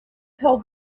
told